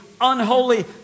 unholy